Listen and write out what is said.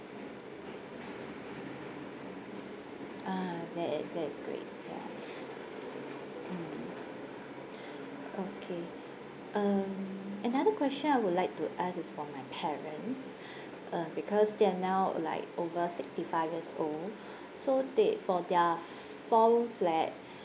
a'ah that is that is great ya mm okay um another question I would like to ask is for my parents uh because they're now like over sixty five years old so they for their four room flat